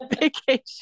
vacation